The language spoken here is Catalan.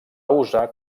usar